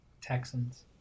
Texans